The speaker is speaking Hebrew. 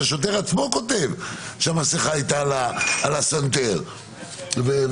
שהשוטר עצמו כותב שהמסכה הייתה על הסנטר וכו',